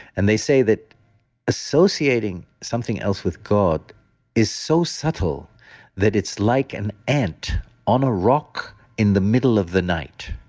and they say that associating something else with god is so subtle that it's like an ant on a rock in the middle of the night.